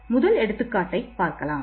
முதல் எடுத்துக்காட்டை பார்க்கலாம்